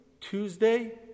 Tuesday